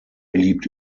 liebt